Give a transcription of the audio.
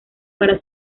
para